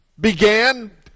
began